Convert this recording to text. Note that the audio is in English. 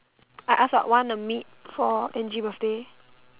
I ask her wanna meet for Angie birthday